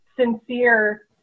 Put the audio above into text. sincere